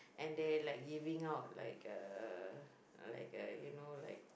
and they like giving like uh like uh you know like